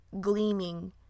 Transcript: gleaming